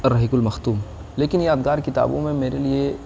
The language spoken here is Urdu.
الرحیق المختوم لیکن یادگار کتابوں میں میرے لیے